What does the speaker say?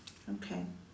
okay